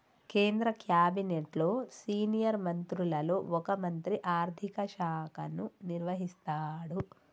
కేంద్ర క్యాబినెట్లో సీనియర్ మంత్రులలో ఒక మంత్రి ఆర్థిక శాఖను నిర్వహిస్తాడు